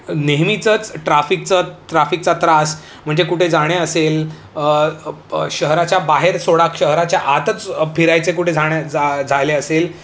नेहमीचंच ट्राफिकचं ट्राफिकचा त्रास म्हणजे कुठे जाणे असेल शहराच्या बाहेर सोडा शहराच्या आतच फिरायचे कुठे जाण्या जा झायले असेल